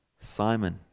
Simon